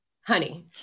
Honey